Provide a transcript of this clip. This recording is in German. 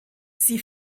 sie